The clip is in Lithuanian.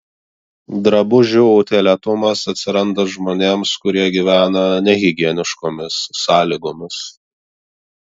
drabužių utėlėtumas atsiranda žmonėms kurie gyvena nehigieniškomis sąlygomis